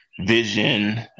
Vision